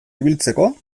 ibiltzeko